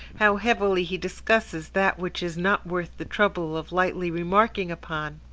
how heavily he discusses that which is not worth the trouble of lightly remarking upon!